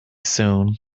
soon